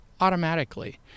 automatically